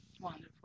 Wonderful